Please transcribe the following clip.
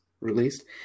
released